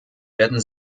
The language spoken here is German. werden